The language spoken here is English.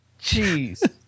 Jeez